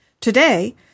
today